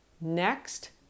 next